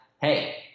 hey